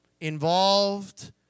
involved